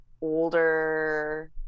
older